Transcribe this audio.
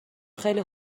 خیلی